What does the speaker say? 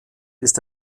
ist